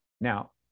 now